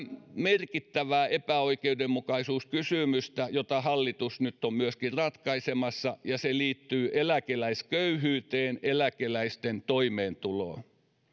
merkittävää epäoikeudenmukaisuuskysymystä jota hallitus nyt on myöskin ratkaisemassa ja se liittyy eläkeläisköyhyyteen eläkeläisten toimeentuloon täällä